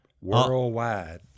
worldwide